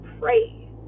pray